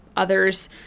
Others